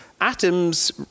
atoms